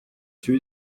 celui